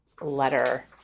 letter